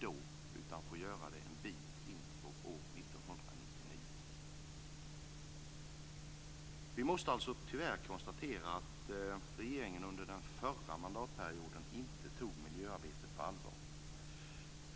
utan man får göra det en bit in på 1999. Vi måste tyvärr konstatera att regeringen under den förra mandatperioden inte tog miljöarbetet på allvar.